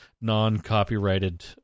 non-copyrighted